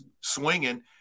swinging